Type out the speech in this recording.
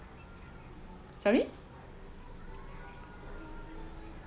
sorry